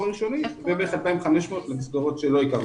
הראשוני וכ-2,500 מסגרות שלא הכרנו קודם.